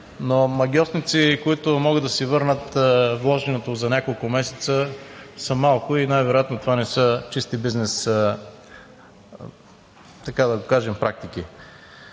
но магьосници, които могат да си върнат вложеното за няколко месеца, са малко и най-вероятно това не са чисти бизнес – така да го кажем – практики.